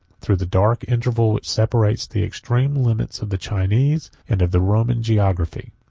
through the dark interval which separates the extreme limits of the chinese, and of the roman, geography.